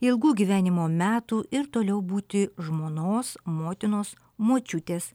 ilgų gyvenimo metų ir toliau būti žmonos motinos močiutės